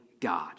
God